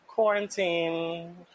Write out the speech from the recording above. quarantine